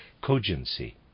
cogency